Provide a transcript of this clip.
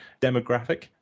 demographic